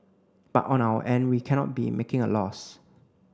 but on our end we cannot be making a loss